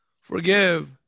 Forgive